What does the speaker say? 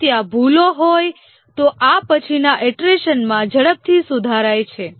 જો ત્યાં ભૂલો હોય તો આ પછીના ઇટરેશનમાં ઝડપથી સુધારાય છે